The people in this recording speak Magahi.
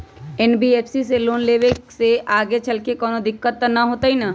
एन.बी.एफ.सी से लोन लेबे से आगेचलके कौनो दिक्कत त न होतई न?